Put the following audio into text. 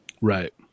Right